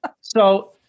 So-